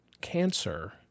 cancer